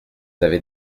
avais